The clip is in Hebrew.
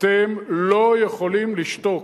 אתם לא יכולים לשתוק.